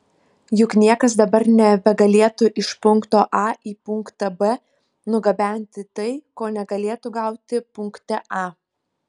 juk niekas dabar nebegalėtų iš punkto a į punktą b nugabenti tai ko negalėtų gauti punkte a